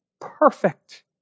Perfect